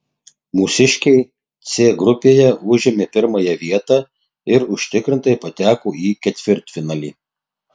mūsiškiai c grupėje užėmė pirmąją vietą ir užtikrintai pateko į ketvirtfinalį